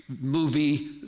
movie